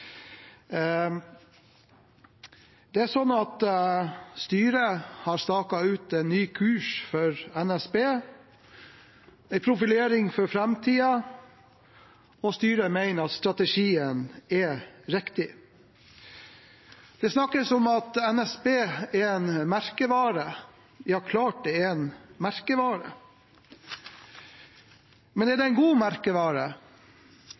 Styret har staket ut en ny kurs for NSB, en profilering for framtiden, og styret mener at strategien er riktig. Det snakkes om at NSB er en merkevare. Ja, klart det er en merkevare. Men er